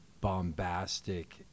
bombastic